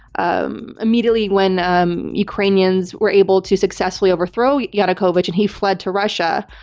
um immediately, when um ukrainians were able to successfully overthrow yanukovych, and he fled to russia.